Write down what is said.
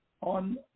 on